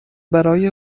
برای